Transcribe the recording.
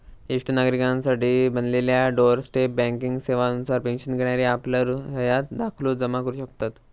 ज्येष्ठ नागरिकांसाठी बनलेल्या डोअर स्टेप बँकिंग सेवा नुसार पेन्शन घेणारे आपलं हयात दाखलो जमा करू शकतत